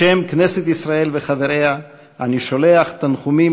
בשם כנסת ישראל וחבריה אני שולח תנחומים